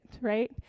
right